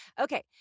Okay